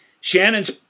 Shannon's